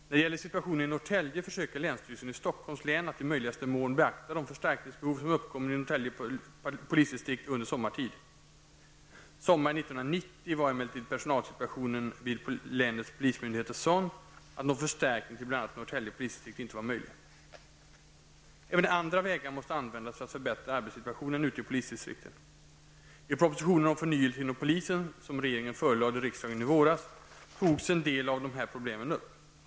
När det gäller situationen i Norrtälje försöker länsstyrelsen i Stockholms län att i möjligaste mån beakta de förstärkningsbehov som uppkommer i Norrtälje polisdistrikt under sommartid. Under sommaren 1990 var emellertid personalsituationen vid länets polismyndigheter sådan, att någon förstärkning till bl.a. Norrtälje polisdistrikt inte var möjlig. Även andra vägar måste användas för att förbättra arbetssituationen ute i polisdistrikten. I 1989/90:155), som regeringen förelade riksdagen i våras, togs en del av de här problemen upp.